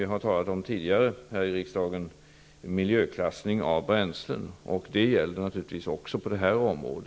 Det har vi talat om tidigare här i riksdagen. Det gäller naturligtvis också på detta område.